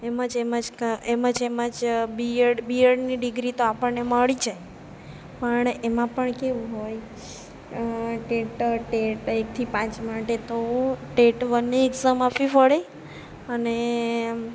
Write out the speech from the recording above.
એમ જ એમ જ એમ જ એમ જ બીએડ બીએડની ડિગ્રી તો આપણને મળી જાય પણ એમાં પણ કેવું હોય ટ ટેટ એકથી પાંચ માટે તો ટેટ વનની એક્ઝામ આપવી પડે અને